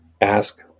Ask